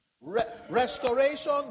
Restoration